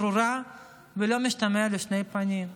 ברורה ולא משתמעת לשתי פנים,